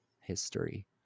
history